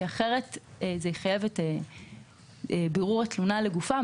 אחרת זה יחייב את בירור התלונה לגופה,